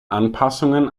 anpassungen